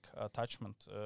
attachment